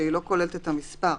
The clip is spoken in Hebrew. שלא כוללת את המספר,